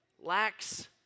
lacks